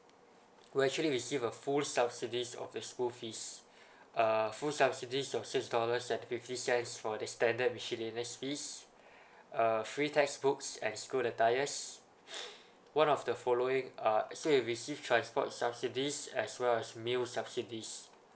will actually receive a full subsidies of the school fees uh full subsidies of six dollars and fifty cents for the standard miscellaneous fees uh free textbooks and school attires one of the following uh so he'll receive transport subsidies as well as meal subsidies